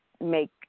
make